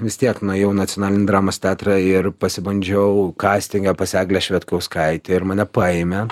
vis tiek nuėjau į nacionalinį dramos teatrą ir pasibandžiau kastingą pas eglę švedkauskaitę ir mane paėmė